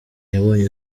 yabonye